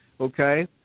okay